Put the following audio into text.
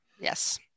yes